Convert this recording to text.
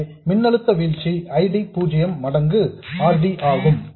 எனவே மின்னழுத்த வீழ்ச்சி I D 0 மடங்கு R D ஆகும்